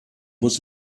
was